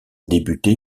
débuté